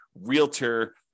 realtor